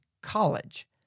College